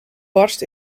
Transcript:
barst